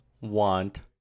want